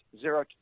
zero